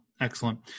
Excellent